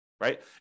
right